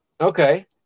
okay